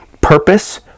purpose